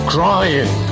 Crying